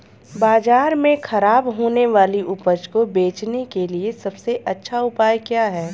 बाजार में खराब होने वाली उपज को बेचने के लिए सबसे अच्छा उपाय क्या है?